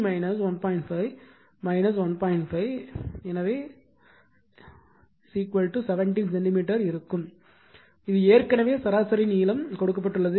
5 என்று 17 சென்டிமீட்டர் இருக்கும் இது ஏற்கனவே சராசரி நீளம் கொடுக்கப்பட்டுள்ளது